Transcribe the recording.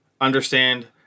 understand